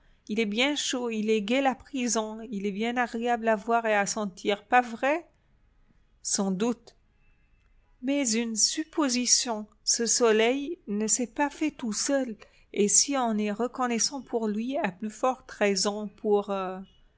il est bien chaud il égaie la prison il est bien agréable à voir et à sentir pas vrai sans doute mais une supposition ce soleil ne s'est pas fait tout seul et si on est reconnaissant pour lui à plus forte raison pour